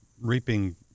reaping